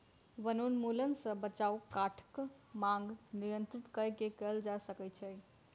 वनोन्मूलन सॅ बचाव काठक मांग नियंत्रित कय के कयल जा सकै छै